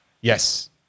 Yes